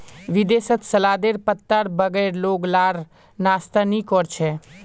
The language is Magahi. विदेशत सलादेर पत्तार बगैर लोग लार नाश्ता नि कोर छे